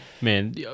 Man